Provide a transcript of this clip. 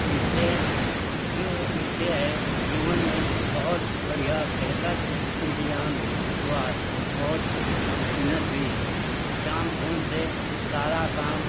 इससे जो इससे है जीवन में बहुत बढ़िया बेहतर इंतिज़ाम हुआ है वो बहुत उन्नति हुई है स्टाम्प फ़ोन से सारा काम